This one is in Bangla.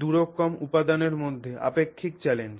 দুরকম উপাদানের মধ্যে আপেক্ষিক চ্যালেঞ্জ